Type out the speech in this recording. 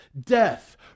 death